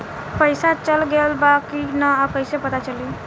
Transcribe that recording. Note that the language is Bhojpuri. पइसा चल गेलऽ बा कि न और कइसे पता चलि?